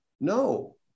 no